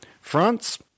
France